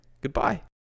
goodbye